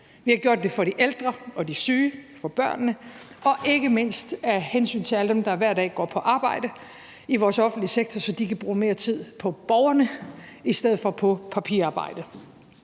Vi har gjort det for de ældre og de syge og for børnene og ikke mindst af hensyn til alle dem, der hver dag går på arbejde i vores offentlige sektor, så de kan bruge mere tid på borgerne i stedet for på papirarbejde,